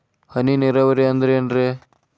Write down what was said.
ಹನಿ ನೇರಾವರಿ ಅಂದ್ರೇನ್ರೇ?